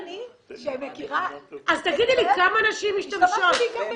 גם אני, שמכירה, השתמשתי בעיקר בהסדרים.